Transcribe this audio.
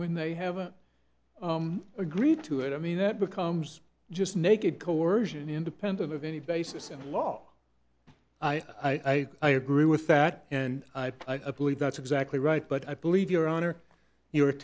when they haven't agreed to it i mean that becomes just naked coersion independent of any basis in law i i agree with that and i believe that's exactly right but i believe your honor you